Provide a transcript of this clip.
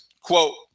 quote